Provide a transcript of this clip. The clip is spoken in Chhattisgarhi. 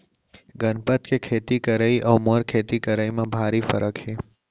गनपत के खेती करई अउ मोर खेती करई म भारी फरक हे